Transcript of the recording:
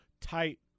tight